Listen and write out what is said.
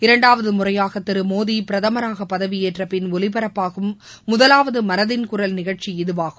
இரண்டாவது முறையாக திரு மோடி பிரதமராகபதவியேற்றபின் ஒலிபரப்பாகும் முதலாவது மனதின் குரல் நிகழ்ச்சி இதுவாகும்